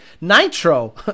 Nitro